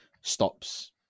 stops